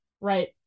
Right